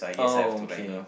oh okay